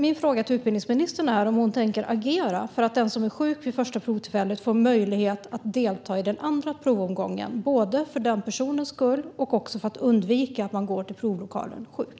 Min fråga till utbildningsministern är om hon tänker agera för att den som är sjuk vid det första provtillfället får möjlighet att delta i den andra provomgången, både för den personens skull och för att undvika att man går till provlokalen sjuk.